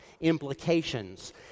implications